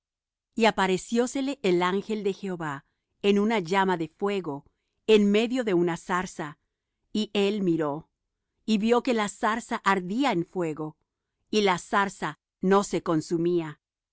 y apareciósele el angel de jehová en una llama de fuego en medio de una zarza y él miró y vió que la zarza ardía en fuego y la zarza no se consumía